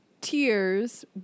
tears